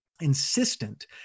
insistent